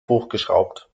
hochgeschraubt